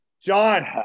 John